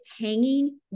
hanging